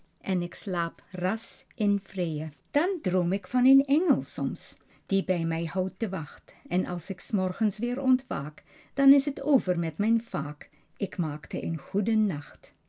en ik slaap ras in vreê dan droom ik van een engel soms die bij mij houdt de wacht en als ik s morgens weer ontwaak dan is het over met mijn vaak ik maakte een goeden nacht